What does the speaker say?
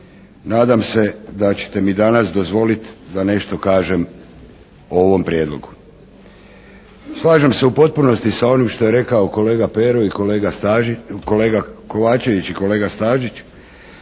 Nadam se da ćete mi danas dozvoliti da nešto kažem o ovom prijedlogu. Slažem se u potpunosti sa onim što je rekao kolega Pero i kolega, kolega Kovačević i kolega Stazić